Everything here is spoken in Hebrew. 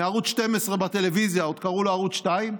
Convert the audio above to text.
מערוץ 12 בטלוויזיה, כשעוד קראו לו ערוץ 2,